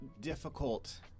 difficult